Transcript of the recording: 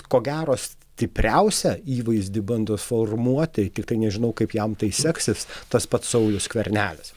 ko gero stipriausią įvaizdį bando formuoti tiktai nežinau kaip jam tai seksis tas pats saulius skvernelis